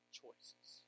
choices